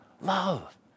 Love